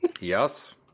yes